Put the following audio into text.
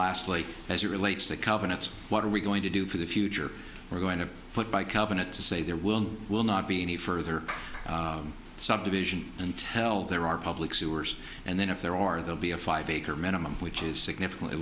lastly as it relates to covenants what are we going to do for the future we're going to put by covenant to say there will will not be any further subdivision and tell there are public sewers and then if there are they'll be a five acre minimum which is significantly